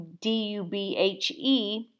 D-U-B-H-E